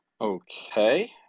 Okay